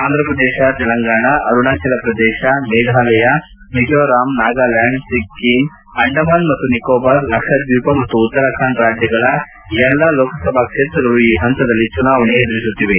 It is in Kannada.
ಅಂಧ್ರಪ್ರದೇಶ ತೆಲಂಗಾಣ ಅರುಣಾಚಲಪ್ರದೇಶ ಮೇಫಾಲಯ ಮಿಜೋರಾಂ ನಾಗಾಲ್ಯಾಂಡ್ ಸಿಕ್ಕೆಂ ಅಂಡಮಾನ್ ಮತ್ತು ನಿಕೋಬಾರ್ ಲಕ್ಷದ್ವೀಪ್ ಮತ್ತು ಉತ್ತರಾಖಂಡ್ ರಾಜ್ಯಗಳ ಎಲ್ಲ ಲೋಕಸಭಾ ಕ್ಷೇತ್ರಗಳು ಈ ಪಂತದಲ್ಲಿ ಚುನಾವಣೆ ಎದುರಿಸುತ್ತಿವೆ